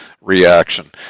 reaction